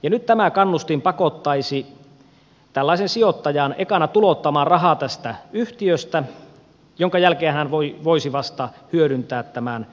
nyt tämä kannustin pakottaisi tällaisen sijoittajan ekana tulouttamaan rahaa tästä yhtiöstä jonka jälkeen hän voisi vasta hyödyntää tämän bisnesenkelikannustimen